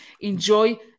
Enjoy